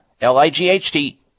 L-I-G-H-T